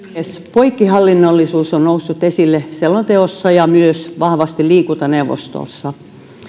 poikkihallinnollisuus on noussut esille selonteossa ja myös vahvasti liikuntaneuvostossa